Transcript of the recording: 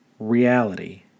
reality